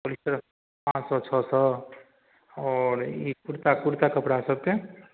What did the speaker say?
polyester पाँच सओ छओ सओ आओर ई कुरता कुरता कपड़ा सबके